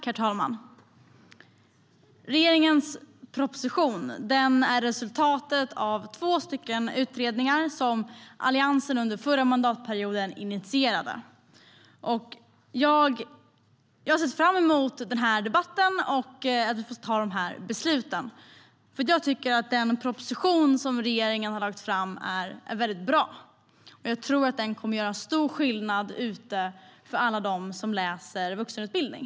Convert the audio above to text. Herr talman! Regeringens proposition är resultatet av två utredningar som Alliansen initierade under förra mandatperioden. Jag har sett fram emot den här debatten och att vi får fatta dessa beslut. Den proposition som regeringen har lagt fram är väldigt bra. Den kommer att göra stor skillnad för alla dem som läser vuxenutbildning.